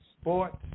sports